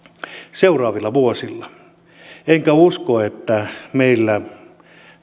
seuraaville vuosille en usko että meillä